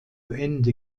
ende